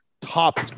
top